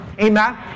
Amen